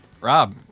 Rob